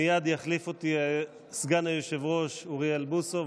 מייד יחליף אותי סגן היושב-ראש אוריאל בוסו,